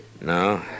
No